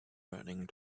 running